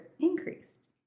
increased